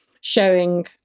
showing